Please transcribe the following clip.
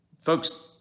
Folks